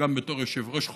וגם בתור יושב-ראש,